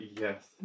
Yes